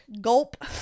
gulp